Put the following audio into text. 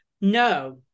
No